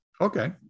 Okay